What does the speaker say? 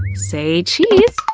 say cheese!